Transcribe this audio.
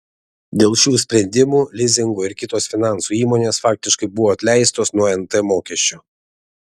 dėl šių sprendimų lizingo ir kitos finansų įmonės faktiškai buvo atleistos nuo nt mokesčio